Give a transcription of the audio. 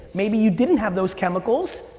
maybe you didn't have those chemicals,